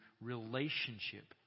relationship